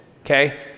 okay